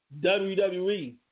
WWE